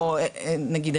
נגיד,